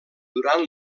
durant